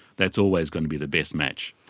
that's always going to be the best match,